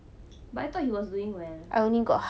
but I thought he was doing well